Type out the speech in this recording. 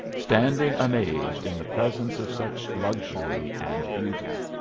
standing amazed in the presence of such luxury and beauty.